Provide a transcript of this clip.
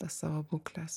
per savo būkles